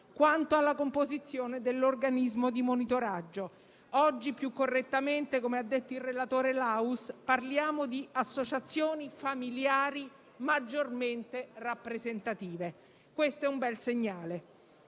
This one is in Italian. quanto alla composizione dell'organismo di monitoraggio. Oggi, più correttamente, come ha detto il relatore Laus, si parla di "associazioni familiari maggiormente rappresentative": questo è un bel segnale.